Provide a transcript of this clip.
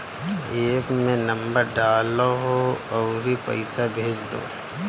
app में number डालअ अउरी पईसा भेज दअ